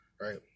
Right